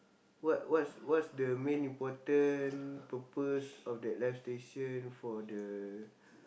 what what's what's the main important purpose of that live station for the